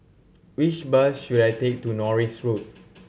which bus should I take to Norris Road